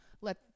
let